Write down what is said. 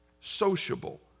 Sociable